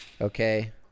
okay